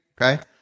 Okay